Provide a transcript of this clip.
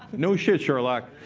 no shit, sherlock.